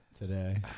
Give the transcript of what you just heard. Today